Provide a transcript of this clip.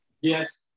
Yes